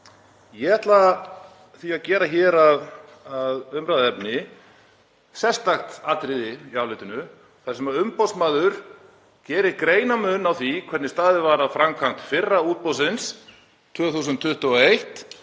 Ég ætla því að gera að umræðuefni sérstakt atriði í álitinu þar sem umboðsmaður gerir greinarmun á því hvernig staðið var að framkvæmd fyrra útboðsins 2021